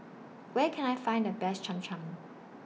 Where Can I Find The Best Cham Cham